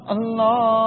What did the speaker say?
Allah